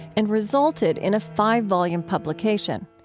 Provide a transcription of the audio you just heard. and resulted in a five-volume publication.